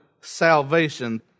salvation